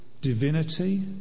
divinity